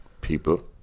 people